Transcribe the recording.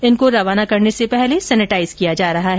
इनको रवाना करने से पहले सैनिटाइज किया जा रहा है